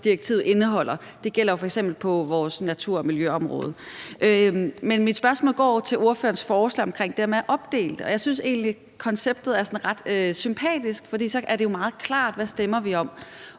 Det gælder jo f.eks. på vores natur- og miljøområde. Mit spørgsmål går til ordføreren og hans forslag omkring det med at opdele det. Jeg synes egentlig, konceptet er sådan ret sympatisk, fordi det så er meget klart, hvad vi stemmer om.